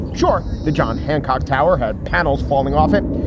sure, the john hancock tower had panels falling off it,